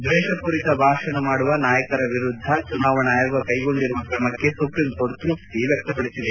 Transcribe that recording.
ದ್ದೇಷಪೂರಿತ ಭಾಷಣ ಮಾಡುವ ನಾಯಕರ ವಿರುದ್ದ ಚುನಾವಣಾ ಆಯೋಗ ಕ್ಲೆಗೊಂಡಿರುವ ಕ್ರಮಕ್ಕೆ ಸುಪ್ರೀಂ ಕೋರ್ಟ್ ತೃಪ್ತಿ ವ್ಯಕ್ತಪಡಿಸಿದೆ